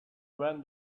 when